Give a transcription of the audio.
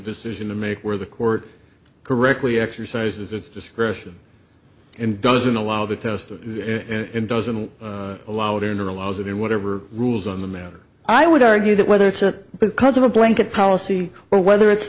decision to make where the court correctly exercises its discretion and doesn't allow the test that doesn't allow it into the laws and whatever rules on the matter i would argue that whether it's a because of a blanket policy or whether it's